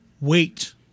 wait